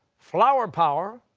flower power,